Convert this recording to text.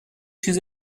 چیز